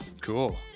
Cool